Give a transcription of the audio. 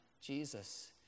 Jesus